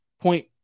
point